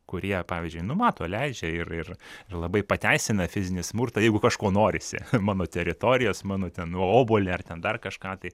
kurie pavyzdžiui nu mato leidžia ir ir ir labai pateisina fizinį smurtą jeigu kažko norisi mano teritorijos mano ten obuolį ar ten dar kažką tai